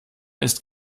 ist